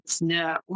No